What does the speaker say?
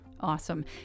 Awesome